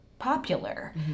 popular